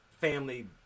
family